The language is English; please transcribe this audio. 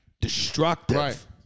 destructive